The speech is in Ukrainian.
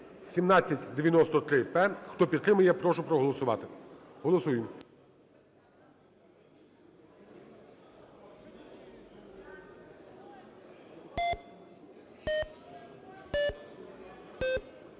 1793-П. Хто підтримує, прошу проголосувати. Голосуємо.